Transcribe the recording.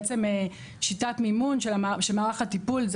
בעצם שיטת מימון של מערך הטיפול.